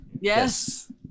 yes